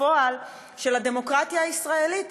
בפועל של הדמוקרטיה הישראלית,